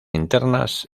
internas